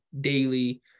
daily